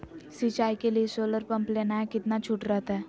सिंचाई के लिए सोलर पंप लेना है कितना छुट रहतैय?